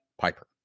Piper